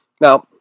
Now